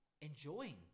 enjoying